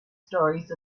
stories